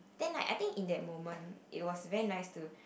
then I I think in that moment it was very nice to